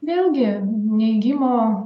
vėlgi neigimo